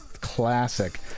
Classic